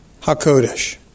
HaKodesh